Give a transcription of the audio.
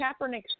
Kaepernick